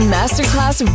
Masterclass